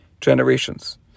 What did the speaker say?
generations